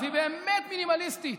והיא באמת מינימליסטית,